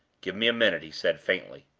give me a minute, he said, faintly.